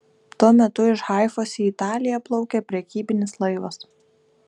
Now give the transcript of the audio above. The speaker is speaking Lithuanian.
tuo metu iš haifos į italiją plaukė prekybinis laivas